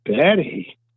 Betty